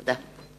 תודה.